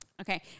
Okay